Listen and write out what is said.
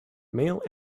male